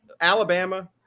Alabama